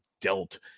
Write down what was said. dealt